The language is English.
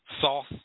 Sauce